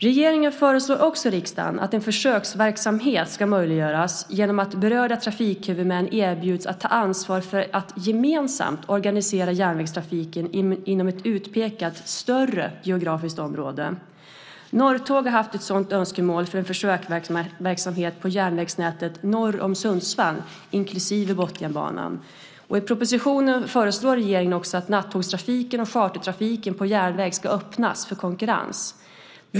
Regeringen föreslår också riksdagen att en försöksverksamhet ska möjliggöras genom att berörda trafikhuvudmän erbjuds att ta ansvar för att gemensamt organisera järnvägstrafiken inom ett utpekat större geografiskt område. Norrtåg har haft ett sådant önskemål för en försöksverksamhet på järnvägsnätet norr om Sundsvall inklusive Botniabanan. I propositionen föreslår regeringen att nattågstrafiken och chartertrafiken på järnväg ska öppnas för konkurrens.